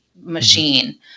machine